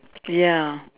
ya